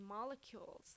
molecules